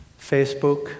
Facebook